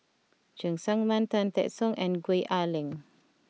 Cheng Tsang Man Tan Teck Soon and Gwee Ah Leng